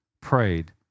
prayed